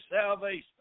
salvation